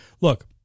Look